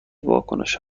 واکنش